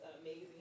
amazing